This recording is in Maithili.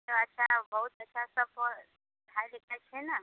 अच्छा बहुत अच्छासँ पढ़ाइ लिखाइ छै ने